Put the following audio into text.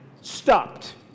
stopped